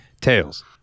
Tails